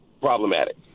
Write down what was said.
problematic